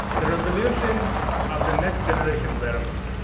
the revolution of the next generation wearables.